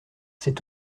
c’est